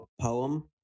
poem